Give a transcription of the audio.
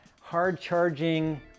hard-charging